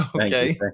Okay